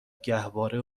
گهواره